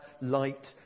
light